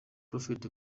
prophet